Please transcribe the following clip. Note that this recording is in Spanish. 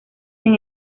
sin